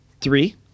Three